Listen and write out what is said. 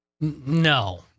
No